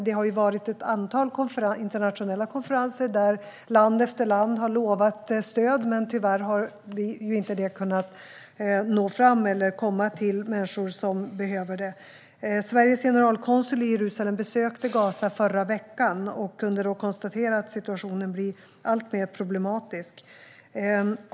Det har varit ett antal internationella konferenser där land efter land har lovat stöd, men tyvärr har stödet inte kunnat nå fram eller komma till människor som behöver det. Sveriges generalkonsul i Jerusalem besökte Gaza i förra veckan och kunde då konstatera att situationen blir alltmer problematisk.